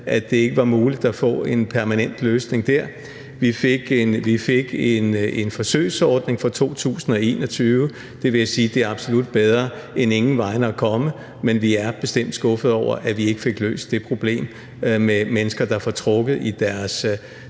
at det ikke var muligt at få en permanent løsning der. Vi fik en forsøgsordning for 2021, og det vil jeg absolut sige er bedre end ingen vegne at komme, men vi er bestemt skuffede over, at vi ikke fik løst det problem med mennesker, som får trukket i deres